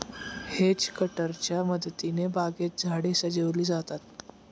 hedge कटरच्या मदतीने बागेत झाडे सजविली जातात